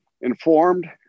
informed